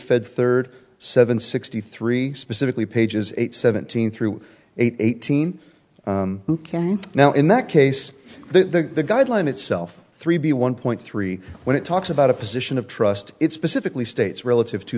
fed third seven sixty three specifically pages eight seventeen through eighteen who can now in that case the guideline itself three b one point three when it talks about a position of trust it specifically states relative to